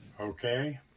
okay